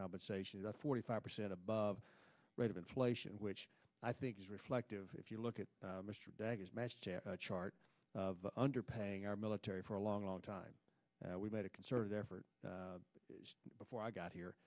compensation is up forty five percent above rate of inflation which i think is reflective if you look at mr daggett chart of underpaying our military for a long long time we made a concerted effort before i got here